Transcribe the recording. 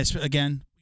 Again